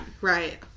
Right